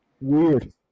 Weird